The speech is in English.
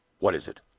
what is it?